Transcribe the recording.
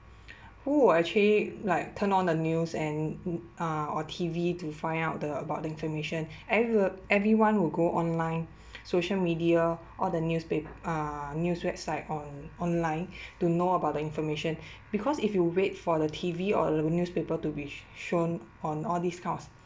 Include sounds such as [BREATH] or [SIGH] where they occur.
who will actually like turn on the news and uh or T_V to find out the about the information every w~ everyone will go online [BREATH] social media all the newspape~ uh news website on~ online [BREATH] to know about the information because if you wait for the T_V or the newspaper to be sh~ shown on all these kind of